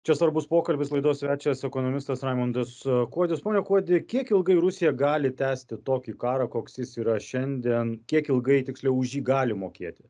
čia svarbus pokalbis laidos svečias ekonomistas raimundas kuodis pone kuodi kiek ilgai rusija gali tęsti tokį karą koks jis yra šiandien kiek ilgai tiksliau už jį gali mokėti